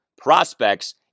prospects